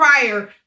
prior